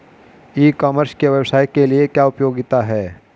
ई commerce के व्यवसाय के लिए क्या उपयोगिता है?